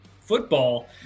football